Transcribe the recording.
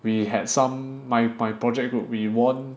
we had some my my project group we won